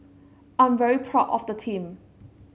I'm very proud of the team